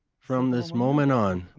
from this moment on,